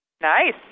Nice